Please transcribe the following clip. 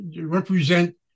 represent